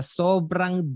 sobrang